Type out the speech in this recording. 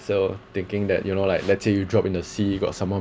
so thinking that you know like let's say you drop in the sea you've got someone